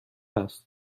است